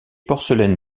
porcelaines